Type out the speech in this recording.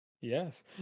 Yes